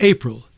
April